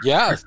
Yes